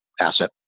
asset